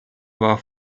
war